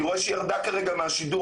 אני רואה שהיא ירדה כרגע מהשידור,